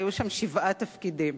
היו שם שבעה תפקידים.